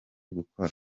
gukora